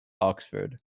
oxford